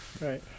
Right